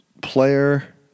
player